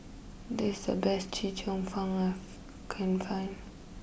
this the best Chee Cheong fun are can find